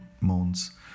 moans